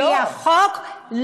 על-פי החוק.